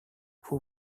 who